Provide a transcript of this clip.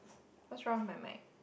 what's wrong with my mic